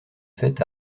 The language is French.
fait